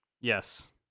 Yes